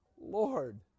Lord